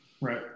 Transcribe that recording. Right